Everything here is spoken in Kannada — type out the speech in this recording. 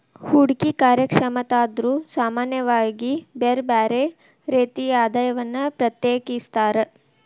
ಹೂಡ್ಕಿ ಕಾರ್ಯಕ್ಷಮತಾದಾರ್ರು ಸಾಮಾನ್ಯವಾಗಿ ಬ್ಯರ್ ಬ್ಯಾರೆ ರೇತಿಯ ಆದಾಯವನ್ನ ಪ್ರತ್ಯೇಕಿಸ್ತಾರ್